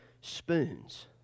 spoons